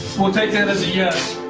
we'll take that as a yes.